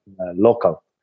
local